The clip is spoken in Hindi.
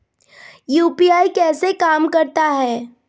यू.पी.आई कैसे काम करता है?